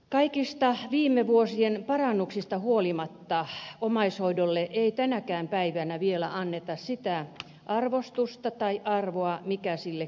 kaikista viime vuosien parannuksista huolimatta omaishoidolle ei tänäkään päivänä vielä anneta sitä arvostusta tai arvoa mikä sille kuuluu